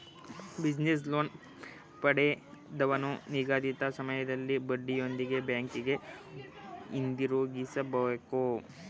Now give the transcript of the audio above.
business loan ಪಡೆದವನು ನಿಗದಿತ ಸಮಯದಲ್ಲಿ ಬಡ್ಡಿಯೊಂದಿಗೆ ಬ್ಯಾಂಕಿಗೆ ಹಿಂದಿರುಗಿಸಬೇಕು